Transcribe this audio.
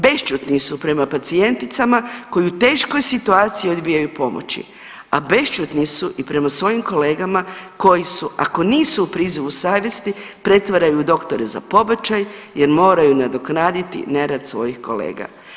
Bešćutni su prema pacijenticama koji u teškoj situaciji odbijaju pomoći, a bešćutni su i prema svojim kolegama koji su ako nisu u prizivu savjesti pretvaraju u doktore za pobačaj jer moraju nadoknaditi nerad svojih kolega.